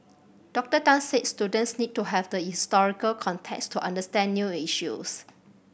Doctor Tan said students need to have the historical context to understand new issues